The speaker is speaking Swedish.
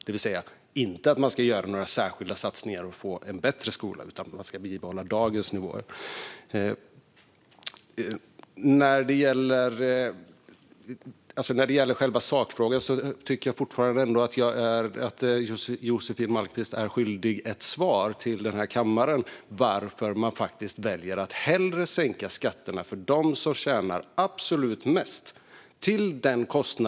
Man ska alltså då inte göra några särskilda satsningar och få en bättre skola utan man ska bibehålla dagens nivåer. När det gäller själva sakfrågan tycker jag fortfarande att Josefin Malmqvist är skyldig kammaren ett svar på varför man väljer att hellre sänka skatterna för dem som tjänar absolut mest.